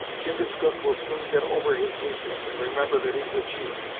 chingachgook will soon get over his weakness and remember that he's a chief,